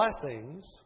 blessings